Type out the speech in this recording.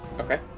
Okay